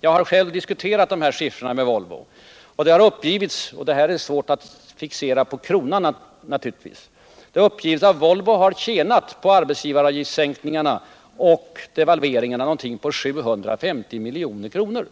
Jag har själv diskuterat de här siffrorna med Volvo, och det har uppgivits att Volvo har tjänat på arbetsgivaravgiftssänkningarna och devalveringarna någonting på 750 milj.kr.